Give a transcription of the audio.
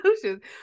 solutions